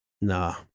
Nah